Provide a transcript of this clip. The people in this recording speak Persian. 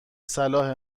صلاح